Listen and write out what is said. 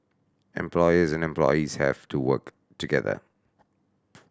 employers and employees have to work together